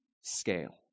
scale